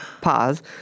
Pause